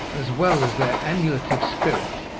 as well as their emulative spirit.